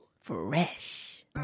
Fresh